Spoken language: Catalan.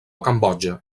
cambodja